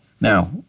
Now